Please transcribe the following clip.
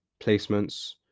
placements